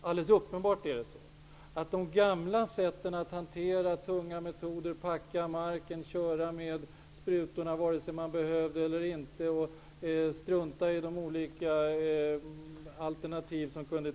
Man har upphört med de gamla hanteringssätten -- tunga metoder, köra med giftsprutorna vare sig det behövdes eller inte, strunta i de olika alternativ som fanns.